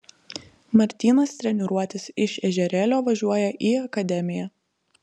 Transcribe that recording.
martynas treniruotis iš ežerėlio važiuoja į akademiją